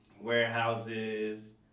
warehouses